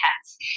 pets